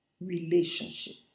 relationship